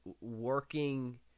working